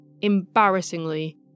embarrassingly